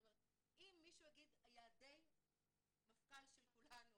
זאת אומרת אם מישהו יגיד שיעדי המפכ"ל של כולנו